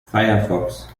firefox